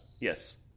Yes